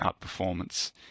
outperformance